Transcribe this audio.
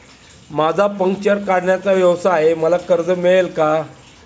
माझा पंक्चर काढण्याचा व्यवसाय आहे मला कर्ज मिळेल का?